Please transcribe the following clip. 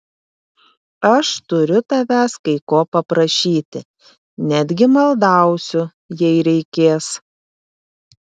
aš turiu tavęs kai ko paprašyti netgi maldausiu jei reikės